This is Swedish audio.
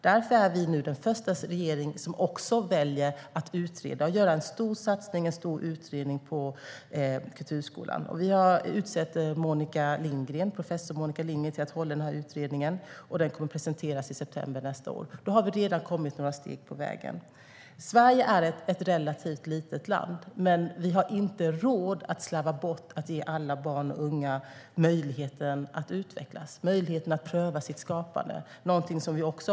Därför är vi nu den första regeringen som också väljer att göra en stor satsning på och en stor utredning av kulturskolan. Vi har utsett professor Monica Lindgren till att hålla i den här utredningen. Den kommer att presenteras i september nästa år. Då har vi redan kommit några steg på vägen. Sverige är ett relativt litet land, men vi har inte råd att slarva bort att ge alla barn och unga möjlighet att utvecklas och att pröva sitt skapande.